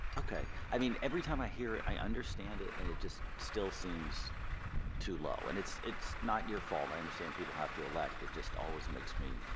ok i mean every time i hear i understand it and it just still seems too low and it's it's not your fault i understand people have to elect it just always makes me